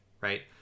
right